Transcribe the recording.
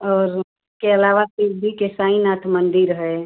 और उसके अलावा शिर्डी के साईंनाथ मंदिर है